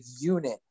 unit